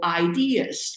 ideas